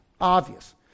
obvious